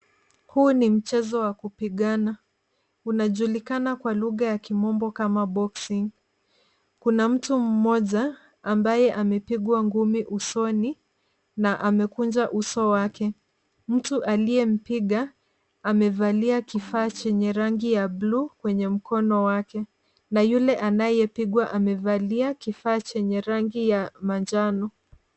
Huu ni mchezo wa kupigana. Unajulikana kwa lugha ya Kiingereza kama boxing . Kuna mtu mmoja ambaye amepigwa ngumi usoni na amekunja uso wake. Mtu aliyempiga amevalia glavu ya rangi ya buluu kwenye mkono wake, na yule anayepigwa amevalia glavu ya rangi ya manjano.